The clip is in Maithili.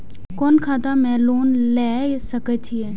कोन खाता में लोन ले सके छिये?